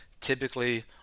typically